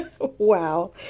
Wow